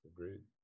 Agreed